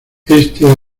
este